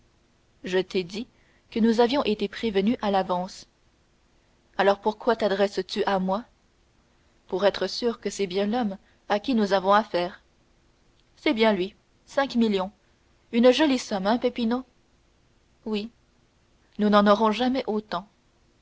je t'ai dit que nous avions été prévenus à l'avance alors pourquoi tadresses tu à moi pour être sûr que c'est bien l'homme à qui nous avons affaire c'est bien lui cinq millions une jolie somme hein peppino oui nous n'en aurons jamais autant